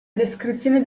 descrizioni